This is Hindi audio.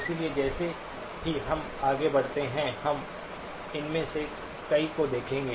इसलिए जैसे ही हम आगे बढ़ते हैं हम इनमें से कई को देखेंगे